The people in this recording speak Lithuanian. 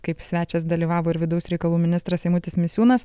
kaip svečias dalyvavo ir vidaus reikalų ministras eimutis misiūnas